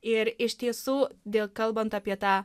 ir iš tiesų dėl kalbant apie tą